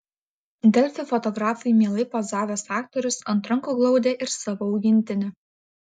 delfi fotografui mielai pozavęs aktorius ant rankų glaudė ir savo augintinį